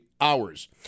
hours